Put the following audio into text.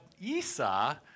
Esau